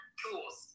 tools